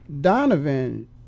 Donovan